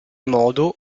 modo